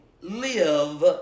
live